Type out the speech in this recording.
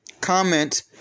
comment